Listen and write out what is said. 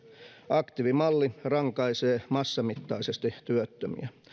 aktiivimalli rankaisee massamittaisesti työttömiä